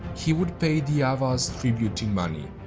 he would pay the avars tribute in money.